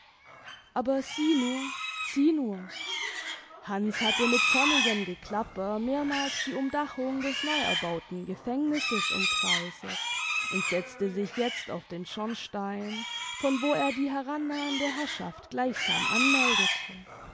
aber sieh nur sieh nur hanns hatte mit zornigem geklapper mehrmals die umdachung des neuerbauten gefängnisses umkreiset und setzte sich jetzt auf den schornstein von wo er die herannahende herrschaft gleichsam anmeldete